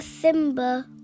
Simba